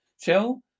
Show